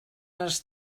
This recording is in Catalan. els